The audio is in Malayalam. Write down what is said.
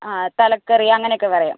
ആ തലക്കറി അങ്ങനെയൊക്കെ പറയാം